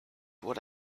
what